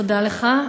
תודה לך.